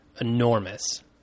enormous